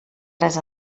res